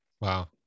Wow